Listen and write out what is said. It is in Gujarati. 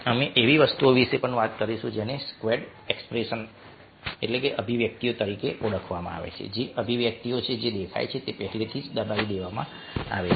અમે એવી કોઈ વસ્તુ વિશે પણ વાત કરીશું જેને સ્ક્વેલ્ડ એક્સપ્રેશનઅભિવ્યક્તિઓ તરીકે ઓળખવામાં આવે છે જે અભિવ્યક્તિ છે જે દેખાય તે પહેલાં જ દબાવી દેવામાં આવે છે